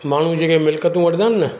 माण्हू जेके मिलकतूं वठंदा आहिनि न